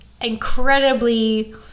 incredibly